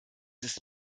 ist